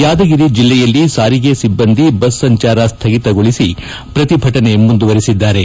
ಯಾದಗಿರಿ ಜಿಲ್ಲೆಯಲ್ಲೂ ಸಾರಿಗೆ ಸಿಬ್ಲಂದಿ ಬಸ್ ಸಂಚಾರ ಸ್ನಗಿತಗೊಳಿಸಿ ಪ್ರತಿಭಟನೆ ಮುಂದುವರೆಸಿದ್ದಾರೆ